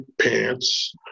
Pants